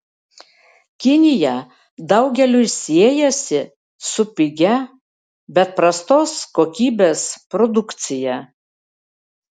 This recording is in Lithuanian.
kinija daugeliui siejasi su pigia bet prastos kokybės produkcija